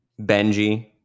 Benji